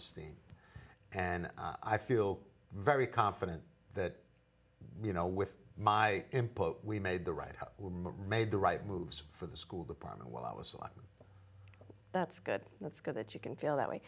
esteem and i feel very confident that you know with my input we made the right have made the right moves for the school department while i was like oh that's good that's good that you can feel that way